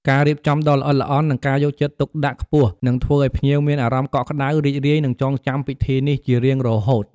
ការរៀបចំដ៏ល្អិតល្អន់ និងការយកចិត្តទុកដាក់ខ្ពស់ នឹងធ្វើឲ្យភ្ញៀវមានអារម្មណ៍កក់ក្តៅ រីករាយ និងចងចាំពិធីនេះជារៀងរហូត។